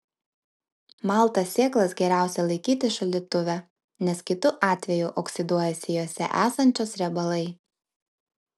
maltas sėklas geriausia laikyti šaldytuve nes kitu atveju oksiduojasi jose esančios riebalai